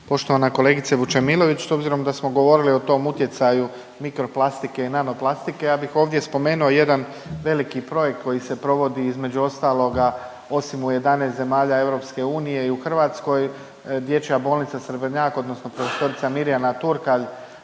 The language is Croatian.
Poštovana kolegice Vučemilović s obzirom da smo govorili o tom utjecaju mikro plastike i nano plastike ja bih ovdje spomenuo jedan veliki projekt koji se provodi između ostaloga osim u 11 zemalja EU i u Hrvatskoj. Dječja bolnica Srebrnjak, odnosno profesorica Mirjana Turkalj